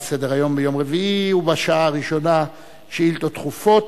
על סדר-היום ביום רביעי ובשעה הראשונה שאילתות דחופות.